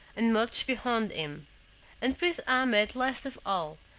and much beyond him and prince ahmed last of all,